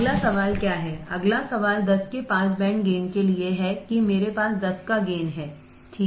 अगला सवाल क्या है अगला सवाल 10 के पास बैंड गेन के लिए है कि मेरे पास 10 का गेन है ठीक है